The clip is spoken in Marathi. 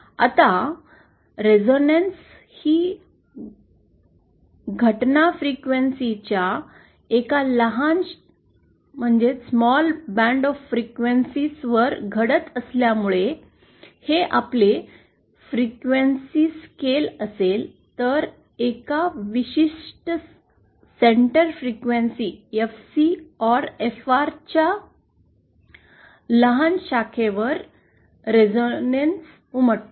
आता प्रतिध्वनी resonance रेसोनंस ही घटना फ्रिक्वेन्सीच्या एका लहान शाखे वर घडत असल्यामुळे हे आपले फ्रिक्वेन्सी स्केल असेल तर एका विशिष्ट centre frequency FC or FR च्या एका लहानशाखे वर प्रतिध्वनी उमटतो